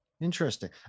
Interesting